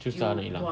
susah nak hilang